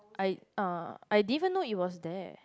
I uh I didn't even know it was there